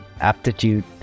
aptitude